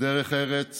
דרך ארץ